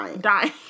dying